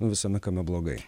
nu visame kame blogai